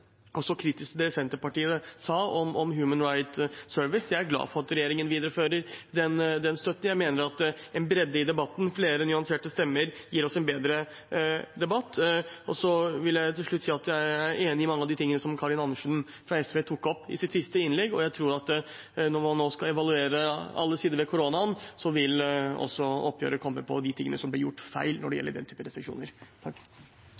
kritisk til det Senterpartiet sa om Human Rights Service. Jeg er glad for at regjeringen viderefører den støtten. Jeg mener at en bredde i debatten, flere nyanserte stemmer, gir oss en bedre debatt. Så vil jeg til slutt si at jeg er enig i mange av de tingene som representanten Karin Andersen fra SV tok opp i sitt siste innlegg. Jeg tror at når man nå skal evaluere alle sider ved koronaen, vil også oppgjøret komme for de tingene som ble gjort feil når det